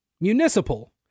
Municipal